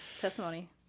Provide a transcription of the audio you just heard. testimony